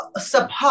Support